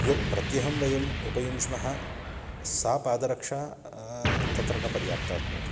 यत् प्रत्यहं वयम् उपयुञ्ज्मः सा पादरक्षा तत्र न पर्याप्ता भवति